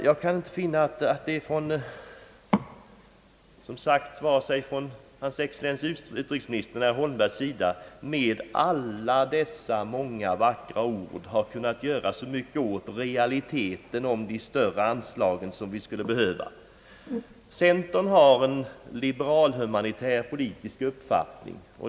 Jag kan inte finna att det från vare sig hans excellens herr utrikesministerns eller herr Holmbergs sida med alla deras många och vackra ord i realiteten har gjorts så mycket för att få till stånd de större anslag, som vi skulle behöva. Centern har en liberal-humanitär politisk uppfattning.